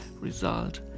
result